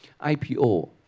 IPO